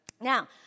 Now